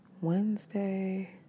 Wednesday